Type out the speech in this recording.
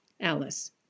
Alice